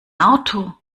auto